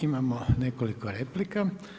Imamo nekoliko replika.